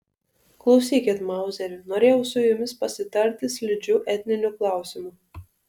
klausykit mauzeri norėjau su jumis pasitarti slidžiu etniniu klausimu